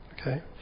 Okay